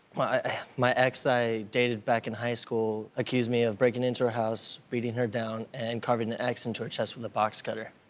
my ex i dated back in high school accused me of breaking into her house, beating her down and craving an x into her chest with a box cutter.